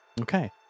okay